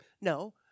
no